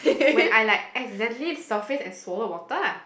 when I like accidentally surfaced and swallow water lah